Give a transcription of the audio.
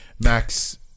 Max